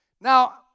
Now